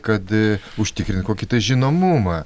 kad užtikrint kokį žinomumą